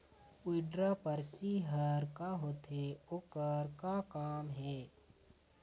Withdraw परची हर का होते, ओकर का काम हे?